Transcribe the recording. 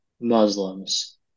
Muslims